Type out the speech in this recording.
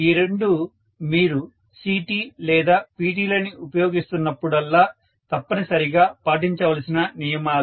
ఈ రెండూ మీరు CT లేదా PT లని ఉపయోగిస్తున్నప్పుడల్లా తప్పనిసరిగా పాటించవలసిన నియమాలు